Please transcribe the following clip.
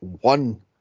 one